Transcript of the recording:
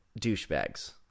douchebags